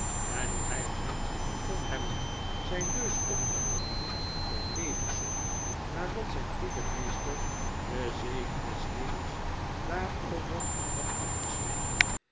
en hoe hij het hart kon hebben zijn neus op te halen voor leversoep nadat zijn goede meester den zegen des hemels daarover had afgesmeekt